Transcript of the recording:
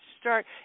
start